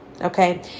okay